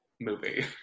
movie